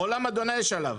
עולם אדוני יש עליו.